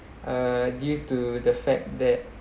uh due to the fact that